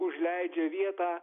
užleidžia vietą